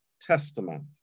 Testament